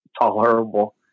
tolerable